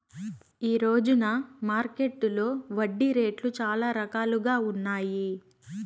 ఈ రోజున మార్కెట్టులో వడ్డీ రేట్లు చాలా రకాలుగా ఉన్నాయి